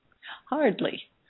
Hardly